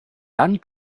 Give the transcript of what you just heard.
dann